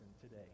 today